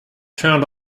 turned